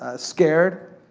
ah scared,